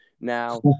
Now